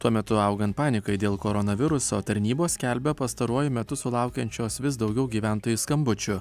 tuo metu augant panikai dėl koronaviruso tarnybos skelbia pastaruoju metu sulaukiančios vis daugiau gyventojų skambučių